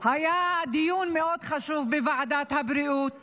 היה דיון מאוד חשוב בוועדת הבריאות